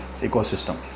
ecosystem